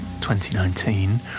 2019